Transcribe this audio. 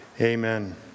Amen